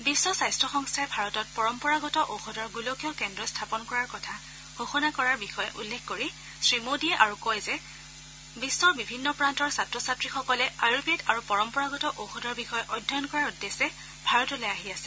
বিশ্ব স্বাস্থ্য সংস্থাই ভাৰতত পৰম্পৰাগত ঔষধৰ গোলকীয় কেন্দ্ৰ স্থাপন কৰাৰ কথা ষোঘণা কৰাৰ বিষয়ে উল্লেখ কৰি শ্ৰীমোদীয়ে আৰু কয় যে বিশ্বৰ বিভিন্ন প্ৰান্তৰ ছাত্ৰ ছাত্ৰীসকলে আয়ূৰ্বেদ আৰু পৰম্পৰাগত ঔষধৰ বিষয়ে অধ্যয়ন কৰাৰ উদ্দেশ্যে ভাৰতলৈ আহি আছে